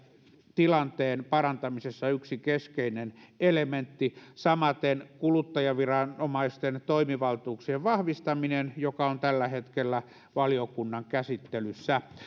tilanteen parantamisessa yksi keskeinen elementti samaten kuluttajaviranomaisten toimivaltuuksien vahvistaminen joka on tällä hetkellä valiokunnan käsittelyssä